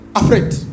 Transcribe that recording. afraid